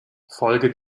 folge